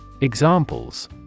Examples